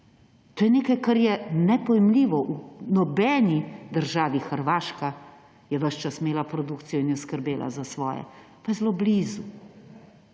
To je nekaj, kar je nepojemljivo. V nobeni državi … Hrvaška je ves čas imela produkcijo in je skrbela za svoje, pa je zelo blizu.